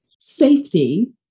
Safety